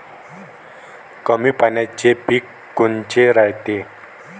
कमी पाण्याचे पीक कोनचे रायते?